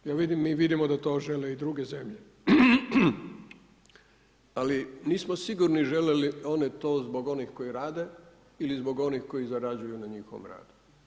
Ja vidim, mi vidimo da to žele i druge zemlje, ali nismo sigurni žele li one to zbog onih koji rade ili zbog onih koji zarađuju na njihovom radu.